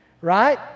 right